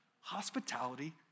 hospitality